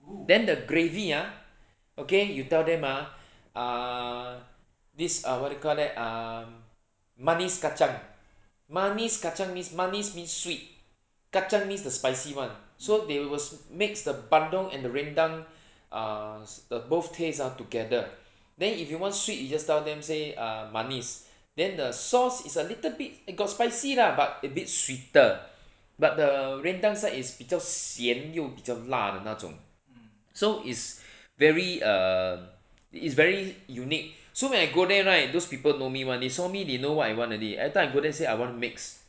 then the gravy ah okay you tell them ah err this err what do you call that um manis kacang manis kacang means manis means sweet kacang means the spicy [one] so they will mix the bandung ah and the rendang uh the both taste ah together then if you want sweet you just tell them say uh manis then the sauce is a little bit got spicy lah but a bit sweeter but the rendang side is 比较咸又比较辣的那种 so is very err it's very unique so when I go there right those people know me [one] they saw me they know what I want already everytime I go there I say I want mix